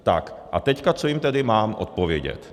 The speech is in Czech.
Tak a teď co jim tedy mám odpovědět?